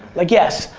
like yes,